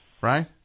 Right